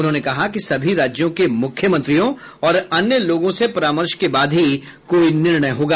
उन्होंने कहा कि सभी राज्यों के मुख्यमंत्रियों और अन्य लोगों से परामर्श के बाद ही कोई निर्णय होगा